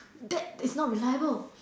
that is not reliable